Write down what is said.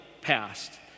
passed